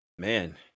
Man